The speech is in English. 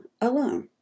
alone